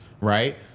right